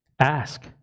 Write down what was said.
Ask